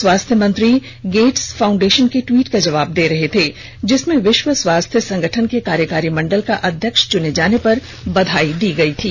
स्वास्थ्य मंत्री Gates foundation के ट्वीट का जवाब दे रहे थे जिसमें विश्व स्वास्थ्य संगठन के कार्यकारी मंडल का अध्यक्ष चूने जाने पर बधाई दी गई थी